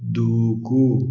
దూకు